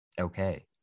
okay